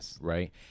right